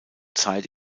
zeit